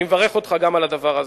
אני מברך אותך גם על הדבר הזה.